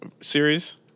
series